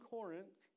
Corinth